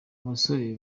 abasore